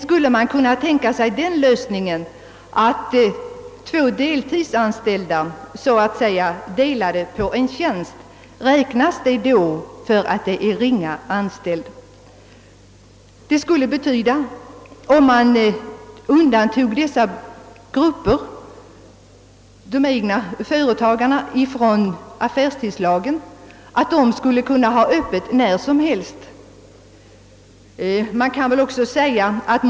Om två deltidsanställda delar på en tjänst, skall det då räknas som »ringa anställd arbetskraft»? Om man undantoge familjeföretagen från affärstidslagen, skulle dessa kun na hålla öppet när som helst.